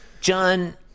John